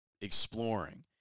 exploring